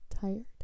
tired